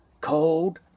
cold